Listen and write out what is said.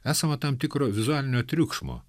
esama tam tikro vizualinio triukšmo